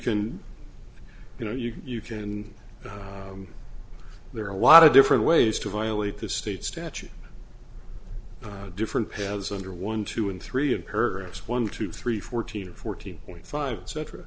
can you know you can you can and there are a lot of different ways to violate the state statute different paths under one two and three and purpose one two three fourteen fourteen point five cetera